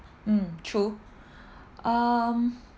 um true um